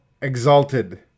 exalted